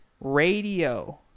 radio